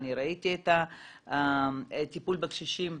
ראיתי את הטיפול בקשישים,